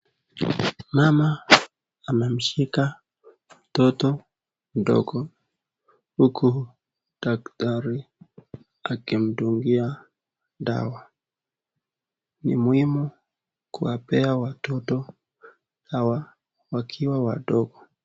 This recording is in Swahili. Mama amemshika mtoto mdogo huku dakitari akimdungia dawa. Ni muhimu kuwapea watoto dawa wakiwa wadogo.